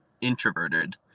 introverted